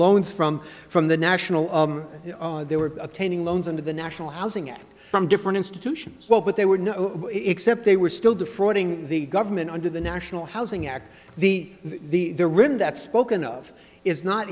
loans from from the national they were attending loans under the national housing act from different institutions well but they were no except they were still defrauding the government under the national housing act the the there written that spoken of is not